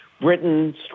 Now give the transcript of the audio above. britain's